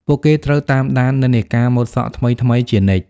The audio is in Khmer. ពួកគេត្រូវតាមដាននិន្នាការម៉ូដសក់ថ្មីៗជានិច្ច។